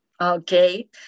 Okay